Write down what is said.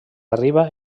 arriba